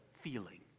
feeling